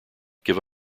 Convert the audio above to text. give